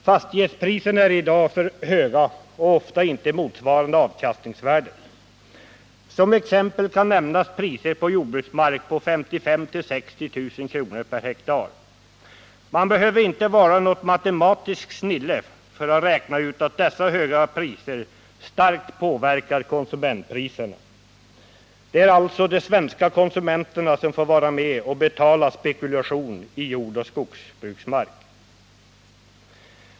Fastighetspriserna är i dag för höga och ofta inte motsvarande avkastningsvärdet. Som exempel kan nämnas priser på jordbruksmark på 55 000-60 000 kr./ha. Man behöver inte vara något matematiskt snille för att räkna ut att dessa höga priser starkt påverkar konsumentpriserna. Det är alltså de svenska konsumenterna som får vara med och betala spekulation i jordoch skogsbruksmark.